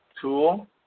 tool